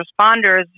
responders